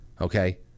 okay